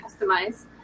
customize